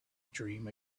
dream